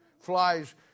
Flies